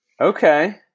Okay